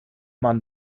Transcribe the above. man